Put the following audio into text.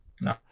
No